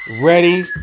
Ready